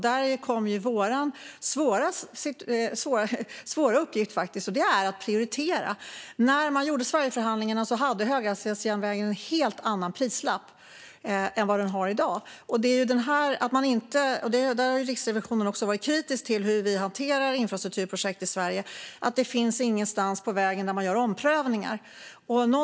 Där kommer vår svåra uppgift. Det är att prioritera. När man gjorde Sverigeförhandlingarna hade höghastighetsjärnvägen en helt annan prislapp än vad den har i dag. Riksrevisionen har också varit kritisk till hur vi hanterar infrastrukturprojekt i Sverige. Det finns ingenstans på vägen där man gör omprövningar.